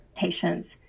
patients